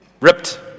Ripped